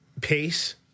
pace